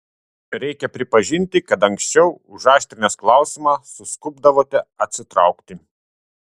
reikia pripažinti kad anksčiau užaštrinęs klausimą suskubdavote atsitraukti